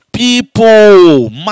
People